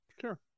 sure